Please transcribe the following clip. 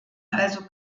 also